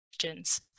questions